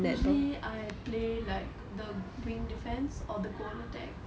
usually I play like the wing defence or the goal attack